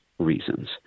reasons